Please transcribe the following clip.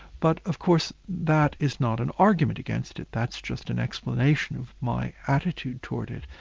but of course that is not an argument against it, that's just an explanation of my attitude toward it.